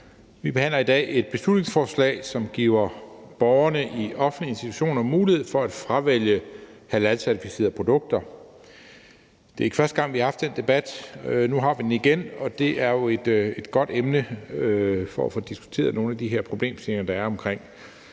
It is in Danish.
Vi behandler i dag et beslutningsforslag, som giver borgerne i offentlige institutioner mulighed for at fravælge halalcertificerede produkter. Det er ikke første gang, vi har haft den debat. Nu har vi den igen, og det er jo et godt emne for at få diskuteret nogle af de her problemstillinger, der er omkring